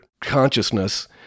consciousness